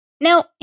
Now